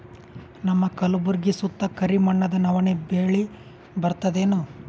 ನಮ್ಮ ಕಲ್ಬುರ್ಗಿ ಸುತ್ತ ಕರಿ ಮಣ್ಣದ ನವಣಿ ಬೇಳಿ ಬರ್ತದೇನು?